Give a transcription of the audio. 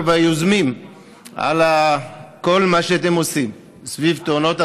והיוזמים על כל מה שאתם עושים סביב תאונות הדרכים.